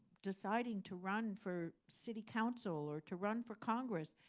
deciding to run for city council or to run for congress,